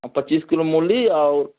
और पच्चीस किलो मूली और